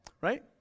right